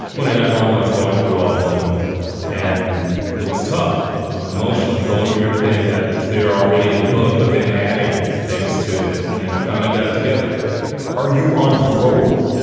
when i got home, i was going through all of them and it was tough, you know, emotionally going through everything that was there already in the book, but then adding things to it. and i finally got it together are you on parole?